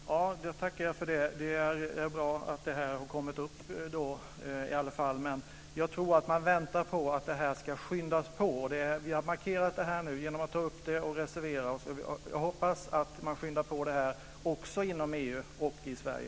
Fru talman! Jag tackar för det svaret. Det är bra att frågan har kommit upp. Man väntar på att arbetet ska skyndas på. Vi har nu markerat det genom att ta upp frågan och reservera oss. Jag hoppas att man skyndar på arbetet också inom EU och i Sverige.